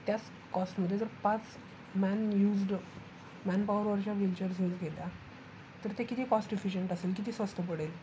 त्याच कॉस्टमध्ये जर पाच मॅन युजड मॅन पावरवरच्या व्हीलचेअर्स जर केल्या तर ते किती कॉस्ट इफिशिंट असेल किती स्वस्त पडेल